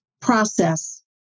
process